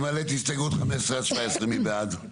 אני מעלה את הסתייגויות 15 עד 17. מי בעד?